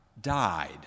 died